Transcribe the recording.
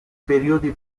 periodi